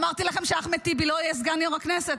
אמרתי לכם שאחמד טיבי לא יהיה סגן יו"ר הכנסת,